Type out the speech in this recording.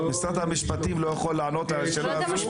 משרד המשפטים לא יכול לענות על השאלה הזו?